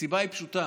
הסיבה היא פשוטה.